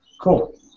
Cool